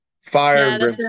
fire